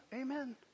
Amen